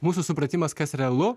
mūsų supratimas kas realu